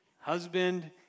husband